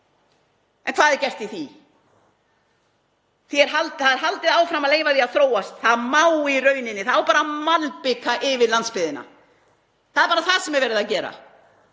En hvað er gert í því? Því er haldið áfram að leyfa því að þróast. Það á bara að malbika yfir landsbyggðina. Það er bara það sem er verið að gera.